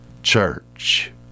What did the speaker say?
Church